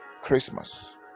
Christmas